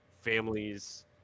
families